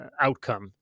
outcome